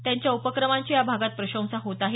त्यांच्या उपक्रमांची या भागात प्रशंसा होत आहे